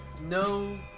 no